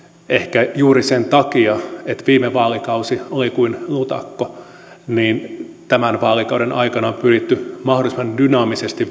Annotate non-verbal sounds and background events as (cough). ehkä juuri sen takia että viime vaalikausi oli kuin lutakko tämän vaalikauden aikana on pyritty mahdollisimman dynaamisesti (unintelligible)